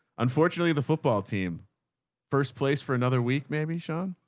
unfortunately, the football team first place for another week, maybe sean,